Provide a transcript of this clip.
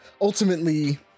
ultimately